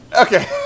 okay